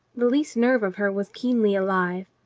the least nerve of her was keenly alive.